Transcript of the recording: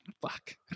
fuck